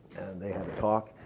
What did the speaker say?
they had a talk.